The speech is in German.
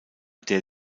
der